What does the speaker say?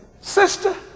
sister